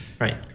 Right